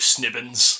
Snibbins